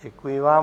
Děkuji vám.